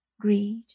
Greed